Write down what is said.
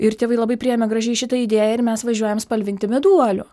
ir tėvai labai priėmė gražiai šitą idėją ir mes važiuojam spalvinti meduolių